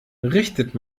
richtet